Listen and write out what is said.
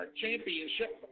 Championship